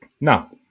now